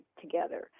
together